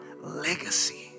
legacy